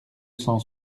cent